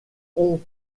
ont